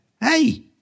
hey